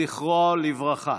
זכרו לברכה.